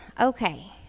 okay